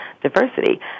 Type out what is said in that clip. diversity